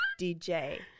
DJ